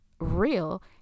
real